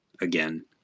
again